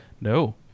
No